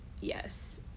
Yes